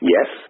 Yes